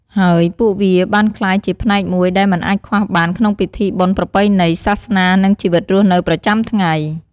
ហើយពួកវាបានក្លាយជាផ្នែកមួយដែលមិនអាចខ្វះបានក្នុងពិធីបុណ្យប្រពៃណី សាសនា និងជីវិតរស់នៅប្រចាំថ្ងៃ។